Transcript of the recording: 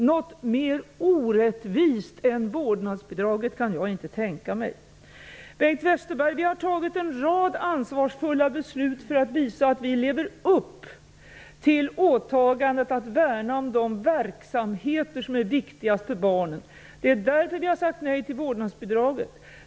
Något mer orättvist än vårdnadsbidraget kan jag inte tänka mig. Vi har fattat en rad ansvarsfulla beslut för att visa att vi lever upp till åtagandet att värna om de verksamheter som är viktigast för barnen. Det är därför vi har sagt nej till vårdnadsbidraget.